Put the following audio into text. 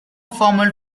formal